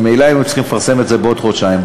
ממילא היו צריכים לפרסם את זה בעוד חודשיים.